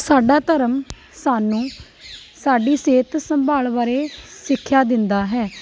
ਸਾਡਾ ਧਰਮ ਸਾਨੂੰ ਸਾਡੀ ਸਿਹਤ ਸੰਭਾਲ ਬਾਰੇ ਸਿੱਖਿਆ ਦਿੰਦਾ ਹੈ